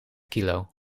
kilo